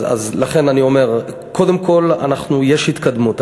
לכן אני אומר, קודם כול, יש התקדמות.